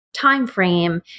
timeframe